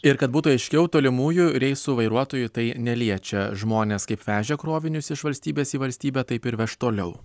ir kad būtų aiškiau tolimųjų reisų vairuotojų tai neliečia žmonės kaip vežė krovinius iš valstybės į valstybę taip ir veš toliau